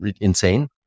insane